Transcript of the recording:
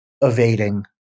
evading